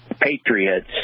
patriots